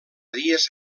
dies